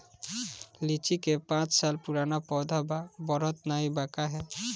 लीची क पांच साल पुराना पौधा बा बढ़त नाहीं बा काहे?